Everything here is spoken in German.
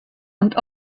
und